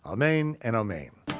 amen and amen.